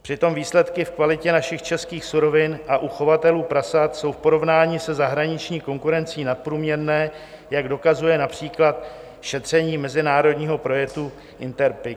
Přitom výsledky v kvalitě našich českých surovin a u chovatelů prasat jsou v porovnání se zahraniční konkurencí nadprůměrné, jak dokazuje například šetření mezinárodního projektu INTERPI.